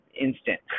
instant